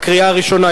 קריאה הראשונה.